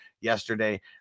yesterday